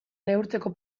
neurtzeko